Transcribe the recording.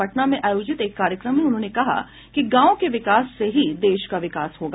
पटना में आयोजित एक कार्यक्रम में उन्होंने कहा कि गांव के विकास से ही देश का विकास होगा